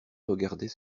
regardait